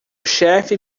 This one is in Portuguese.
chefe